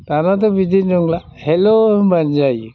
दानियाथ' बिदि नंला हेल्ल' होनबानो जायो